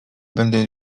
będę